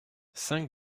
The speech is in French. cinq